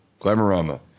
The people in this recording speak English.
Glamorama